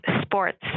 sports